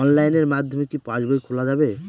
অনলাইনের মাধ্যমে কি পাসবই খোলা যাবে?